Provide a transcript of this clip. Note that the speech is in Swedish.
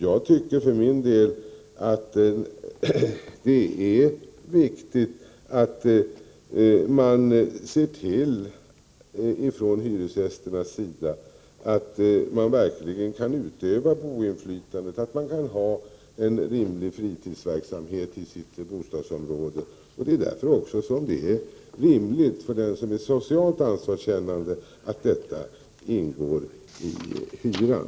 Jag tycker för min del att det är viktigt att man från hyresgästernas sida verkligen ser till att man kan utöva boendeinflytande och att man kan ha en rimlig fritidsverksamhet i sitt bostadsområde. För den som är socialt ansvarskännande är det därför rimligt att detta ingår i hyran.